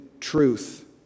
truth